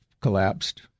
collapsed